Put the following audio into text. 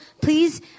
please